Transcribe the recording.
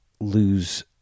lose